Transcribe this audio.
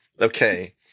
Okay